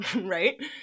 right